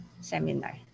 seminar